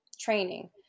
training